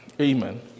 Amen